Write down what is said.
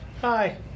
Hi